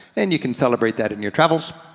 and you can celebrate that in your travels.